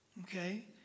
okay